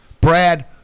Brad